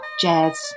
jazz